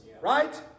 Right